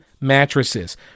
mattresses